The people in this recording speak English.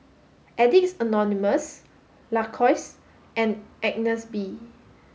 Addicts Anonymous Lacoste and Agnes B